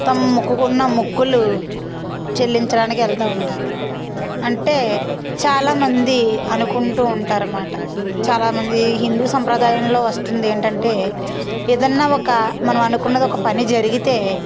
తమ మొక్కుకున్న మొక్కులు చెల్లించడానికి వెళ్తు ఉంటారు అంటే చాలామంది అనుకుంటూ ఉంటారు అన్నమాట చాలామంది హిందూ సాంప్రదాయంలో వస్తున్నది ఏంటంటే ఏదన్న ఒక మనం అనుకున్నది ఒక పని జరిగితే